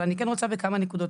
אבל אני כן רוצה בכמה נקודות.